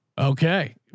Okay